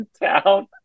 town